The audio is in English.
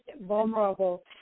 vulnerable